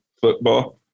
football